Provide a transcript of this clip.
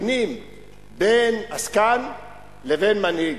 שמבחינים בין עסקן לבין מנהיג,